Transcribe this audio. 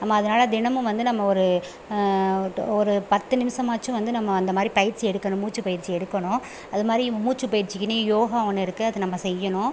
நம்ம அதனால் தினமும் வந்து நம்ம ஒரு டு ஒரு பத்து நிமிசமாச்சும் வந்து நம்ம அந்தமாதிரி பயிற்சி எடுக்கணும் மூச்சுப்பயிற்சி எடுக்கணும் அதுமாதிரி மூச்சுப்பயிற்சிக்குனே யோகா ஒன்று இருக்குது அதை நம்ம செய்யணும்